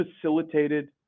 facilitated